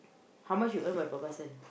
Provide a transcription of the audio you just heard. how much you earn by per parcel